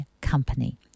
company